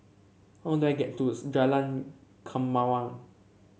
how do I get to Jalan Kemaman